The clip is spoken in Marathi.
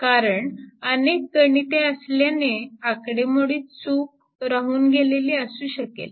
कारण अनेक गणिते असल्याने आकडेमोडीत चूक राहून गेलेली असू शकेल